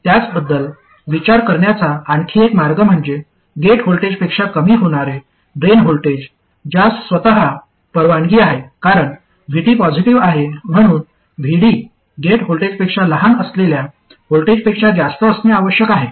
त्याबद्दल विचार करण्याचा आणखी एक मार्ग म्हणजे गेट व्होल्टेजपेक्षा कमी होणारे ड्रेन व्होल्टेज ज्यास स्वतः परवानगी आहे कारण VT पॉजिटीव्ह आहे म्हणून VD गेट व्होल्टेजपेक्षा लहान असलेल्या व्होल्टेजपेक्षा जास्त असणे आवश्यक आहे